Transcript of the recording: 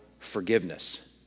Forgiveness